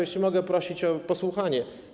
Jeśli mogę prosić o posłuchanie.